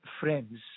friends